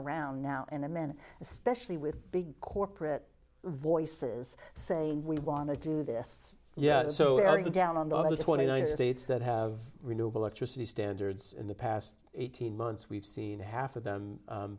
around now in a minute especially with big corporate voices saying we want to do this yeah so where are you down on the other twenty nine states that have renewable electricity standards in the past eighteen months we've seen half of them